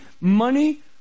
money